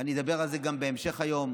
ואני אדבר על זה גם בהמשך היום.